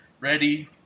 ready